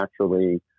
naturally